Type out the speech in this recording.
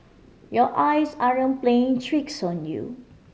your eyes aren't playing tricks on you